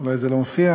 אולי זה לא מופיע,